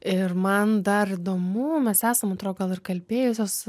ir man dar įdomu mes esam man atrodo gal ir kalbėjusios